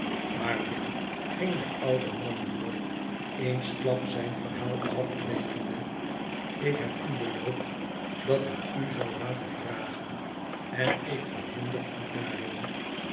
maar jenny ging de oude man voort eensklaps zijn verhaal afbrekende ik heb u beloofd dat ik u zou laten vragen en ik verhinder u daarin